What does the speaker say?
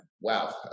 wow